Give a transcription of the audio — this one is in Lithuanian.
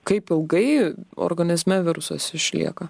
kaip ilgai organizme virusas išlieka